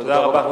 תודה רבה.